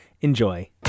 Enjoy